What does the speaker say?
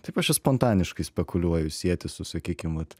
taip aš čia spontaniškai spekuliuoju sieti su sakykim vat